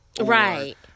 Right